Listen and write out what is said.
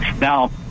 Now